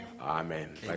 Amen